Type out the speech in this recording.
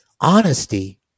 honesty